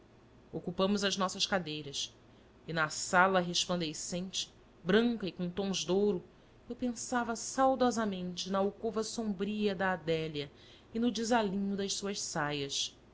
ocupamos as nossas cadeiras e na sala resplandecente branca e com tons de ouro eu pensava saudosamente na alcova sombria da adélia e no desalinho das suas saias